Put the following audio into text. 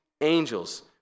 angels